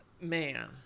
Man